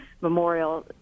memorial